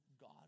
God